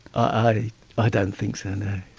i i don't think so, no.